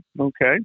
okay